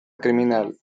criminal